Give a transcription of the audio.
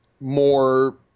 more –